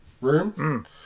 room